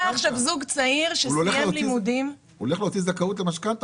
הוא הולך להוציא זכאות למשכנתא,